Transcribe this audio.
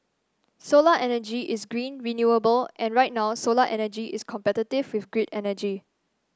solar energy is green renewable and right now solar energy is competitive with grid energy